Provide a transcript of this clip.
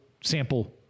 sample